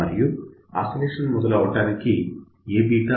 మరియు ఆసిలేషన్ మొదలు అవటానికి Aβ ≈1